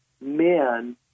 men